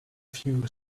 few